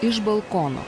iš balkono